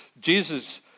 Jesus